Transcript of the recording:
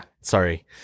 Sorry